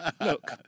look